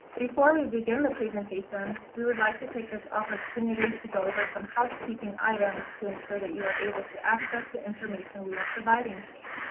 before we begin the presentation, we would like to take this opportunity to go over some housekeeping items to ensure that you are able to access the information we are providing today.